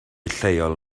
lleol